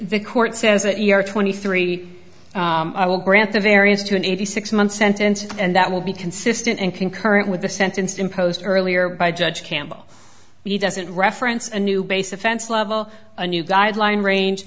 the court says that you are twenty three i will grant the variance to an eighty six month sentence and that will be consistent and concurrent with the sentence imposed earlier by judge campbell he doesn't reference and new base offense level a new guideline range